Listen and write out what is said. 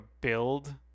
build